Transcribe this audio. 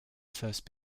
first